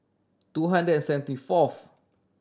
two hundred and seventy fourth